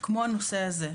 כמו הנושא הזה.